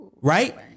right